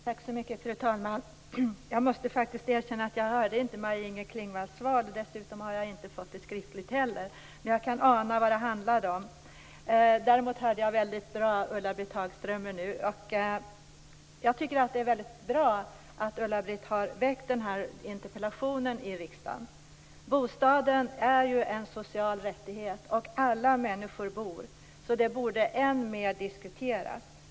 Fru talman! Jag måste faktiskt erkänna att jag inte hörde Maj-Inger Klingvalls svar. Dessutom har jag inte fått det skriftligt heller. Men jag kan ana vad det handlar om. Däremot hörde jag Ulla-Britt Hagström bra. Jag tycker att det är väldigt bra att Ulla-Britt Hagström har väckt den här interpellationen. Bostaden är ju en social rättighet, och alla människor bor. Det borde alltså diskuteras ännu mer.